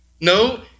No